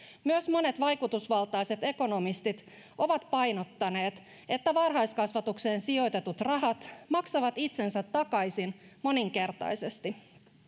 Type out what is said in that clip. myös monet vaikutusvaltaiset ekonomistit ovat painottaneet että varhaiskasvatukseen sijoitetut rahat maksavat itsensä takaisin moninkertaisesti